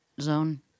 zone